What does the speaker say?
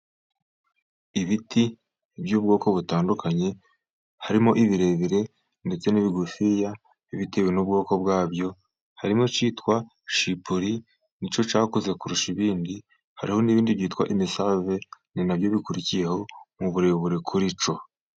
Ibiti by'ubwoko butandukanye harimo ibirebire ndetse n'ibigufiya bitewe n'ubwoko bwabyo, harimo icyitwa shipuli, ni cyo cyakuze kurusha ibindi, hariho n'ibindi byitwa imisave, ni na byo bikurikiyeho mu burebure kuri cyo.